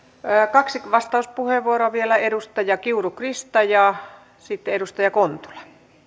kaksi vastauspuheenvuoroa vielä edustaja kiuru krista ja sitten edustaja kontula arvoisa